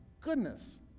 goodness